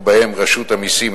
ובהם רשות המסים,